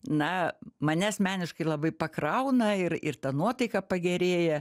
na mane asmeniškai labai pakrauna ir ir ta nuotaika pagerėja